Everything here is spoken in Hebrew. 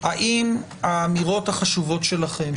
האם האמירות החשובות שלכם,